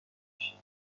بکشید